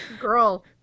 Girl